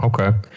Okay